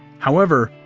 however,